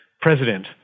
president